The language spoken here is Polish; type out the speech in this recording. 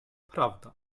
prawda